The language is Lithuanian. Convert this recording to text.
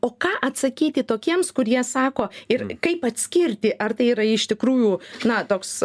o ką atsakyti tokiems kurie sako ir kaip atskirti ar tai yra iš tikrųjų na toks